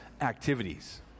activities